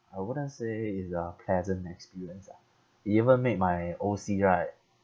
I wouldn't say is a pleasant experience ah it even made my O_C right